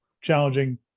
challenging